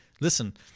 listen